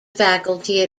faculty